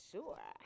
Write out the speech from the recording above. Sure